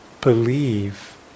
believe